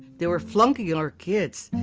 they were flunking you know our kids.